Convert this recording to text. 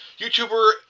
YouTuber